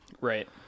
Right